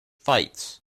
fights